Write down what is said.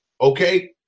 Okay